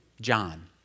John